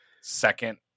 second